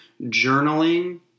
journaling